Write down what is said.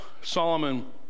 Solomon